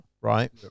right